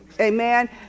Amen